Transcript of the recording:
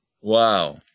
wow